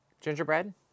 Gingerbread